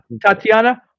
Tatiana